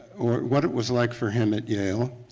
or what it was like for him at yale.